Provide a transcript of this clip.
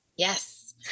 Yes